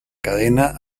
cadena